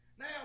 Now